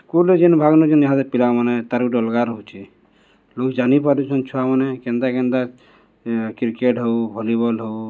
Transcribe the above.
ସ୍କୁଲ୍ରେ ଯେନ୍ ଭାଗ ନଉଚନ୍ ଇହାଦେ ପିଲାମାନେ ତାର୍ ଗୁଟେ ଅଲ୍ଗା ରହୁଚେ ଲୋକ୍ ଜାନିପାରୁଛନ୍ ଛୁଆମାନେ କେନ୍ତା କେନ୍ତା କ୍ରିକେଟ୍ ହଉ ଭଲି ବଲ୍ ହଉ